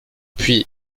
puis